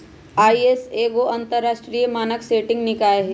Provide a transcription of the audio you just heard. ISO एगो अंतरराष्ट्रीय मानक सेटिंग निकाय हइ